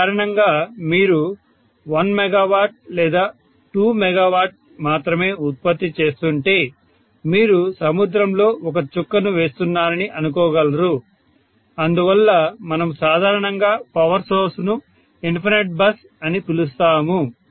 దీని కారణంగా మీరు 1 మెగావాట్లు లేదా 2 మెగావాట్లు మాత్రమే ఉత్పత్తి చేస్తుంటే మీరు సముద్రంలో ఒక చుక్కను వేస్తున్నారని అనుకోగలరు అందువల్ల మనము సాధారణంగా పవర్ సోర్స్ ను ఇన్ఫనైట్ బస్ అని పిలుస్తాము